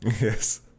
Yes